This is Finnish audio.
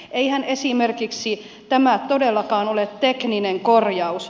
eihän esimerkiksi tämä ole todellakaan tekninen korjaus